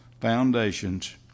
foundations